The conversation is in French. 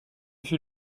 fut